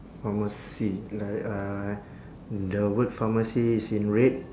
pharmacy like uh the word pharmacy is in red